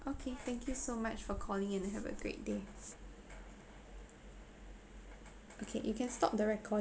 okay thank you so much for calling in and have a great day okay you can stop the record~